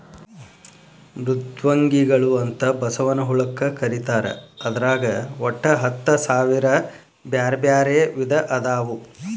ಮೃದ್ವಂಗಿಗಳು ಅಂತ ಬಸವನ ಹುಳಕ್ಕ ಕರೇತಾರ ಅದ್ರಾಗ ಒಟ್ಟ ಹತ್ತಸಾವಿರ ಬ್ಯಾರ್ಬ್ಯಾರೇ ವಿಧ ಅದಾವು